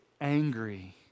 angry